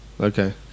Okay